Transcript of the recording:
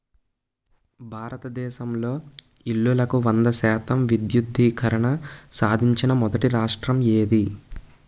భారతదేశంలో ఇల్లులకు వంద శాతం విద్యుద్దీకరణ సాధించిన మొదటి రాష్ట్రం ఏది?